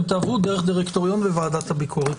אתם תעברו דרך דירקטוריון וועדת הביקורת.